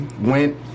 went